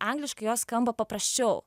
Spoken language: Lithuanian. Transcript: angliškai jos skamba paprasčiau